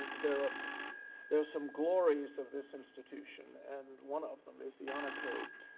there ah there are some glories of this institution and one of them is the honor code.